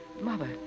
Mother